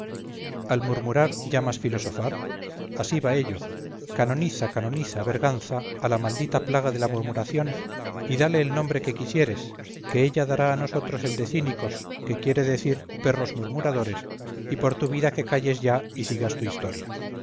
al murmurar llamas filosofar así va ello canoniza canoniza berganza a la maldita plaga de la murmuración y dale el nombre que quisieres que ella dará a nosotros el de cínicos que quiere decir perros murmuradores y por tu vida que calles ya y sigas tu historia